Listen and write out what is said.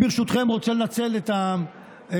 ברשותכם, אני רוצה לנצל את ההזדמנות